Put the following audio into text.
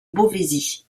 beauvaisis